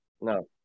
No